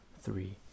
three